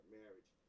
marriage